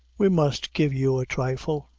we must give you a thrifle.